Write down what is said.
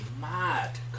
mad